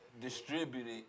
distributed